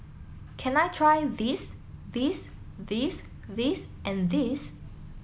can I try this this this this and this